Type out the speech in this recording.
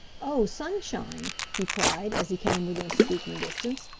oh, sunshine! he cried, as he came within speaking distance,